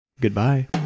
Goodbye